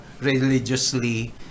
religiously